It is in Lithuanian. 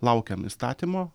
laukiam įstatymo